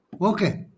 Okay